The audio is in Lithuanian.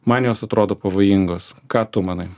man jos atrodo pavojingos ką tu manai